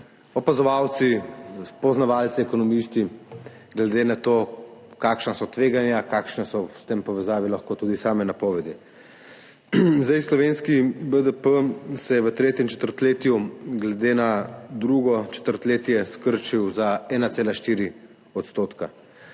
opazovalci, poznavalci, ekonomisti glede na to, kakšna so tveganja, kakšne so v povezavi s tem lahko tudi same napovedi. Slovenski BDP se je v tretjem četrtletju glede na drugo četrtletje skrčil za 1,4 %.